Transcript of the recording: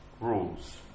rules